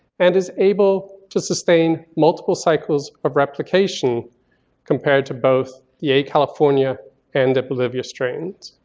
and is able to sustain multiple cycles of replication compared to both the a california and the bolivia strains.